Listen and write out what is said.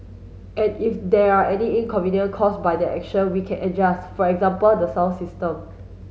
and if there are any inconvenient caused by that action we can adjust for example the sound system